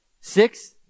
six